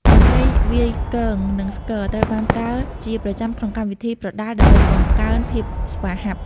តន្ត្រីវាយគង និង ស្គរ ត្រូវបានប្រើជាប្រចាំក្នុងកម្មវិធីប្រដាល់ដើម្បីបង្កើនភាពស្វាហាប់។